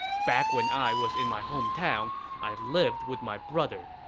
back when i was in my hometown, i lived with my brother.